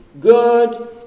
good